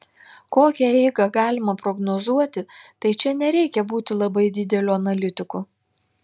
kokią eigą galima prognozuoti tai čia nereikia būti labai dideliu analitiku